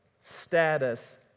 status